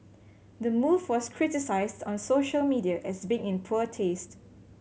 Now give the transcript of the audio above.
the move was criticised on social media as being in poor taste